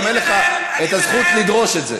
גם אין לך את הזכות לדרוש את זה.